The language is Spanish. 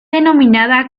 denominada